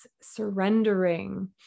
surrendering